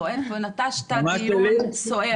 נטשת דיון סוער.